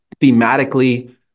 thematically